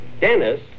Dennis